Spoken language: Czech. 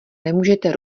nemůžete